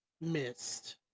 missed